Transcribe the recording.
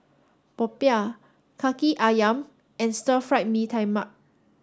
Popiah Kaki Ayam and stir fried Mee Tai Mak